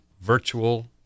virtual